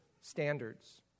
standards